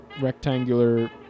rectangular